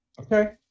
Okay